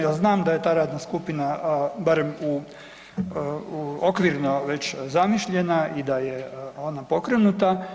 Ja znam da je ta radna skupina barem u, okvirno već zamišljena i da je ona pokrenuta.